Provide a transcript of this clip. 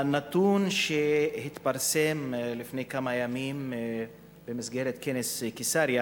הנתון שהתפרסם לפני כמה ימים במסגרת כנס קיסריה